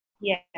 Yes